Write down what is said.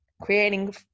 creating